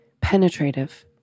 Penetrative